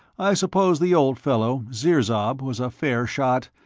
i suppose the old fellow, sirzob, was a fair shot,